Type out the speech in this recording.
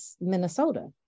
Minnesota